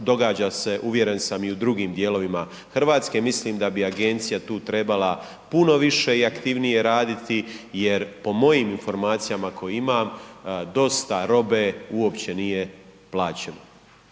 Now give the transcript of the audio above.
događa se uvjeren sam i u drugim dijelovima Hrvatske. Mislim da bi agencija tu trebala puno više i aktivnije raditi jer po mojim informacijama koje imam dosta robe uopće nije plaćeno.